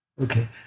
Okay